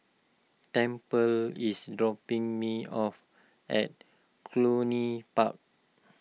Tample is dropping me off at Cluny Park